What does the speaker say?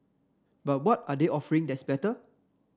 but what are they offering that's better